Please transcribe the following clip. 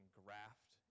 graft